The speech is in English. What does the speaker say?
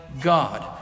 God